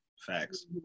Facts